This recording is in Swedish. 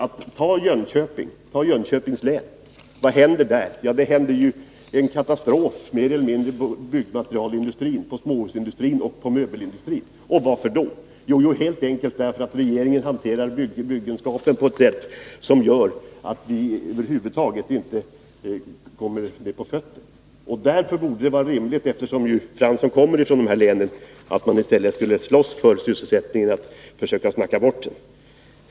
Ta Jönköpings län. Vad händer där? Ja, det är ju en katastrof mer eller mindre inom byggnadsmaterialindustrin, inom småhusindustrin och möbelindustrin. Varför då? Jo, helt enkelt därför att regeringen hanterar byggenskapen på ett sätt som gör att vi över huvud taget inte kommer på fötter. Därför borde det vara rimligt, eftersom Arne Fransson kommer från detlänet, att han i stället för att försöka snacka bort sysselsättningen försökte slåss för den.